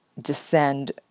descend